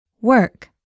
Work